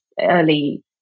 early